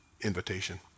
invitation